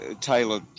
Taylor